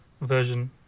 version